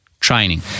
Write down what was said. Training